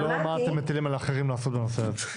לא מה אתם מטילים על אחרים לעשות בנושא הזה.